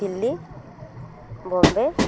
Delhi Bombay